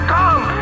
come